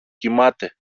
κοιμάται